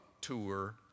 tour